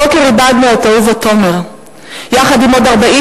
הבוקר איבדנו את אהובה תומר יחד עם עוד 41